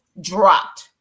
dropped